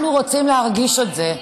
אנחנו רוצים להרגיש את זה.